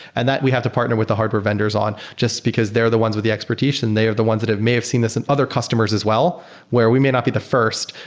and that we have to partner with the hardware vendors on just because they're the ones with the expertise and they of the ones that have may have seen this in other customers as well where we may not be the first,